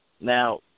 Now